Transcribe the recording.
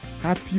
happy